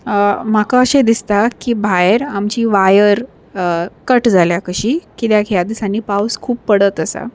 म्हाका अशें दिसता की भायर आमची वायर कट जाल्या कशी कित्याक ह्या दिसांनी पावस खूब पडत आसा